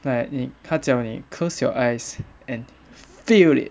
like 你他叫你 close your eyes and feel it